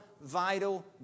vital